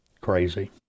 crazy